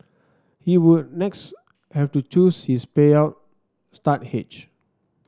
he would next have to choose his payout start age